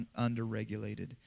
underregulated